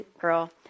girl